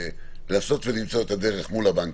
לנסות ולמצוא את הדרך מול הבנקים.